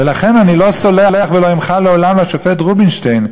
ולכן אני לא סולח ולא אמחל לעולם לשופט רובינשטיין,